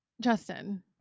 Justin